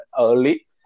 early